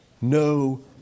no